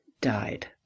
died